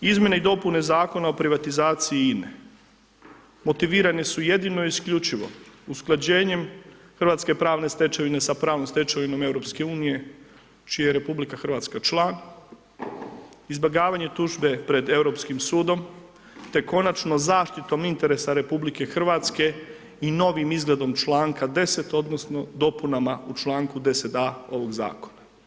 Izmjene i dopune Zakona o privatizaciji INA-e motivirane su jedino i isključivo usklađenjem hrvatske pravne stečevine sa pravnom stečevinom EU-a čiji je RH član, izbjegavanje tužbe pred Europskim sudom te konačno zaštitom interesa RH i novim izgledom članka 10. odnosno dopunama u članku 10. a ovog zakona.